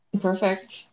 Perfect